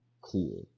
cool